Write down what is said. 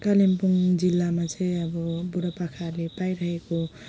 कालिम्पोङ जिल्लामा चाहिँ अब बुढा पाकाहरूले पाइरहेको